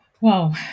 wow